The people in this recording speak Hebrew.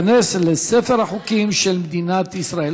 עבר בקריאה שלישית וייכנס לספר החוקים של מדינת ישראל.